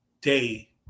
day